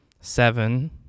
seven